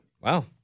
Wow